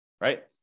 right